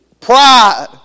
Pride